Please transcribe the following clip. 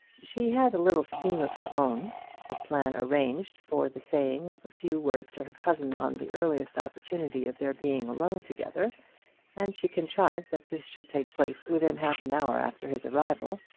she had a little scheme of her own a plan arranged for the saying of a few words to her cousin on the earliest opportunity of their being alone together and she contrived that this should take place within half an hour after his arrival,